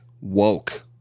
Woke